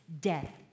death